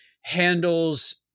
handles